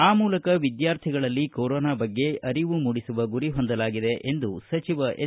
ಆ ಮೂಲಕ ವಿದ್ವಾರ್ಥಿಗಳಲ್ಲಿ ಕೊರೊನಾ ಬಗ್ಗೆ ಅರಿವು ಮೂಡಿಸುವ ಗುರಿ ಹೊಂದಲಾಗಿದೆ ಎಂದು ಸಚಿವ ಎಸ್